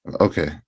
Okay